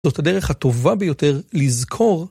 זאת הדרך הטובה ביותר לזכור.